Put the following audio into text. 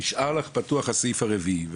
הסעיף הרביעי.